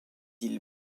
îles